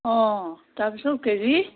অঁ তাৰপিছত কেজি